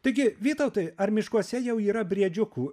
taigi vytautai ar miškuose jau yra briedžiukų